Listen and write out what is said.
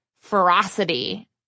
ferocity